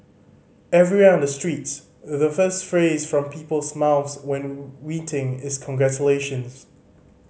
everywhere on the streets The first phrase from people's mouths when meeting is congratulations